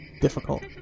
difficult